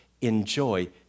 enjoy